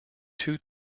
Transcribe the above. two